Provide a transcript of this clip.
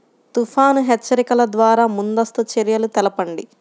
తుఫాను హెచ్చరికల ద్వార ముందస్తు చర్యలు తెలపండి?